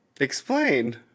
Explain